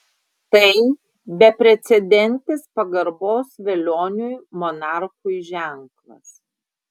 tai beprecedentis pagarbos velioniui monarchui ženklas